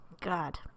God